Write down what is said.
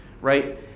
right